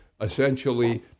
essentially